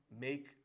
make